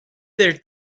their